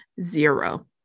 Zero